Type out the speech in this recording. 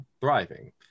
thriving